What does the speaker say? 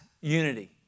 unity